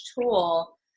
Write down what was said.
tool